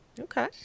Okay